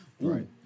Right